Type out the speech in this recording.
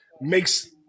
makes